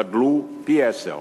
גדלו פי-עשרה.